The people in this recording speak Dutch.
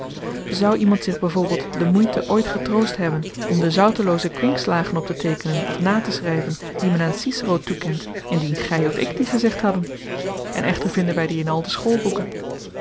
zoû iemand zich b v de moeite ooit getroost hebben om de zoutelooze kwinkslagen op te teekenen of na te schrijven die men aan cicero toekent indien gij of ik die gezegd hadden en echter vinden wij die in al de schoolboeken